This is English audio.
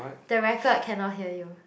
the record cannot hear you